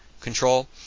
control